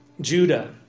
Judah